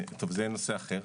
זה נושא אחר.